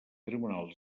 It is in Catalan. tribunals